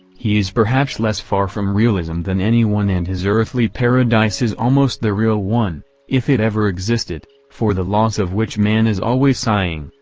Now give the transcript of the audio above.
he is perhaps less far from realism than anyone and his earthly paradise is almost the real one if it ever existed for the loss of which man is always sighing.